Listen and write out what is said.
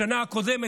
בשנה הקודמת,